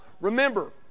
remember